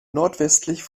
nordwestlich